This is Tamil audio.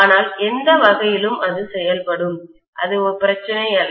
ஆனால் எந்த வகையிலும் அது செயல்படும் அது ஒரு பிரச்சினை அல்ல